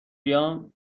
بیام